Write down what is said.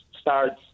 starts